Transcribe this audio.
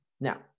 Now